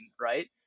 Right